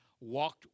walked